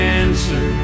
answer